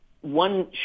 one